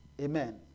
amen